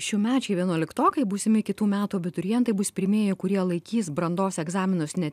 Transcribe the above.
šiųmečiai vienuoliktokai būsimi kitų metų abiturientai bus pirmieji kurie laikys brandos egzaminus ne